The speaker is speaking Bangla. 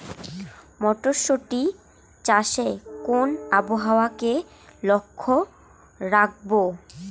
মটরশুটি চাষে কোন আবহাওয়াকে লক্ষ্য রাখবো?